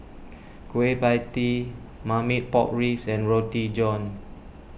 Kueh Pie Tee Marmite Pork Ribs and Roti John